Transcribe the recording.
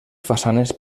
façanes